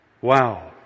wow